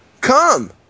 Come